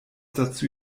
dazu